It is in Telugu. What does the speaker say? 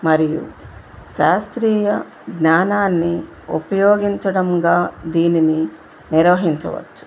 మరియు శాస్త్రీయ జ్ఞానాన్ని ఉపయోగించడంగా దీనిని నిర్వహించవచ్చు